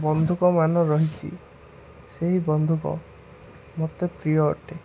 ବନ୍ଧୁକମାନ ରହିଛି ସେହି ବନ୍ଧୁକ ମୋତେ ପ୍ରିୟ ଅଟେ